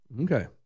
Okay